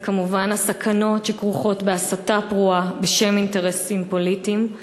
זה כמובן הסכנות שכרוכות בהסתה פרועה בשם אינטרסים פוליטיים.